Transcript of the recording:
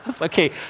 Okay